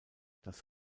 das